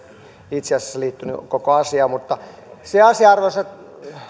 itse asiassa liittyneet koko asiaan mutta se asia arvoisat